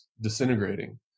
disintegrating